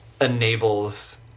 enables